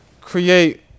create